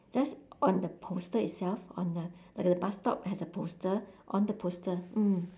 that's on the poster itself on the like the bus stop has a poster on the poster mm